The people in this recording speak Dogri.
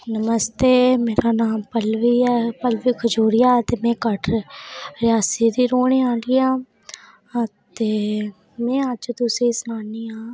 नमस्ते मेरा नांऽ पल्लवी ऐ पल्लवी खजूरिया ते में कटरै रियासी दी रौह्नें आह्ली आं अते में अज्ज तुसें ई सनानी आं